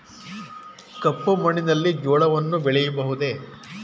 ಕಪ್ಪು ಮಣ್ಣಿನಲ್ಲಿ ಜೋಳವನ್ನು ಬೆಳೆಯಬಹುದೇ?